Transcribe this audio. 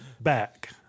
back